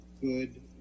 good